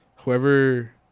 whoever